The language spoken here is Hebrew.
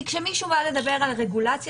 כי כשמישהו בא לדבר על רגולציה,